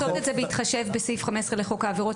השאלה אם צריך לעשות את זה בהתחשב בסעיף 15 לחוק העבירות